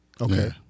Okay